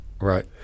right